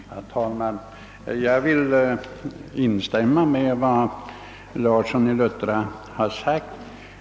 Herr talman! Jag vill instämma i vad herr Larsson i Luttra här anfört.